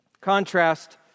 contrast